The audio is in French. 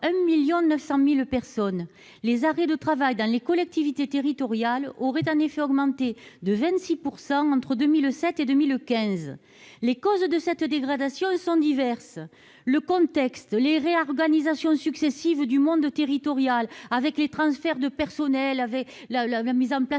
sur leur santé. Les arrêts de travail dans les collectivités territoriales auraient ainsi augmenté de 26 % entre 2007 et 2015. Les causes de cette dégradation sont diverses : tout d'abord, un contexte marqué par les réorganisations successives du monde territorial avec des transferts de personnels, la mise en place